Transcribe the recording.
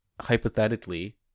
hypothetically